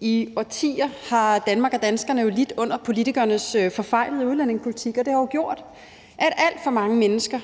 I årtier har Danmark og danskerne lidt under politikernes forfejlede udlændingepolitik, og det har jo gjort, at alt for mange mennesker,